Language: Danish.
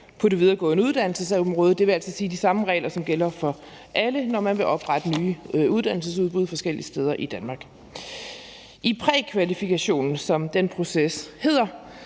for videregående uddannelser, dvs. de samme regler, som gælder for alle, når man vil oprette nye uddannelsesudbud forskellige steder i Danmark. I prækvalifikationen, som den proces hedder,